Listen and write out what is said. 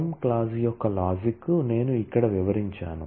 సం క్లాజ్ యొక్క లాజిక్ నేను ఇక్కడ వివరించాను